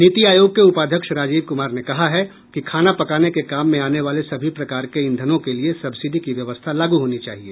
नीति आयोग के उपाध्यक्ष राजीव कुमार ने कहा है कि खाना पकाने के काम में आने वाले सभी प्रकार के ईंधनों के लिए सब्सिडी की व्यवस्था लागू होनी चाहिए